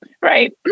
Right